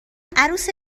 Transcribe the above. عروس